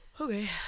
Okay